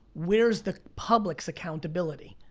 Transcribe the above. where's the public's accountability?